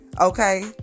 Okay